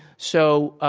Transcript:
so,